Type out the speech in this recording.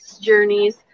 journeys